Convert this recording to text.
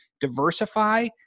diversify